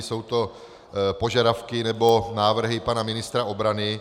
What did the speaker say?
Jsou to požadavky, nebo návrhy pana ministra obrany.